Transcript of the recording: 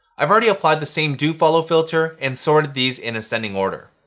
i've already applied the same dofollow filter and sorted these in ascending order.